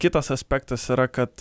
kitas aspektas yra kad